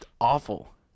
awful